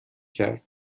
کرد